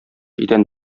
идән